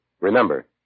Remember